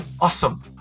awesome